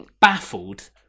baffled